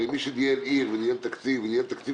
הרי מי שניהל עיר וניהל תקציב וניהל גם תקציב